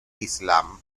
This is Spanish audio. islam